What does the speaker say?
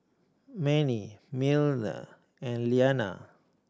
Manie Miller and Iyanna